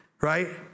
right